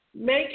make